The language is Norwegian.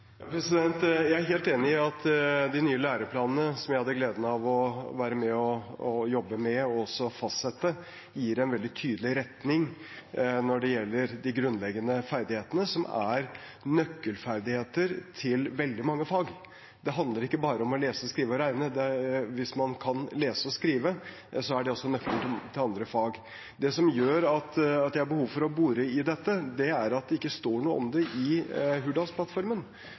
Jeg er helt enig i at de nye læreplanene som jeg hadde gleden av å være med på å jobbe med og fastsette, gir en veldig tydelig retning når det gjelder de grunnleggende ferdighetene – som er nøkkelferdigheter til veldig mange fag. Det handler ikke bare om å lese, skrive og regne: Hvis man kan lese og skrive, er det også nøkkelen til andre fag. Det som gjør at jeg har behov for å bore i dette, er at det ikke står noe om det i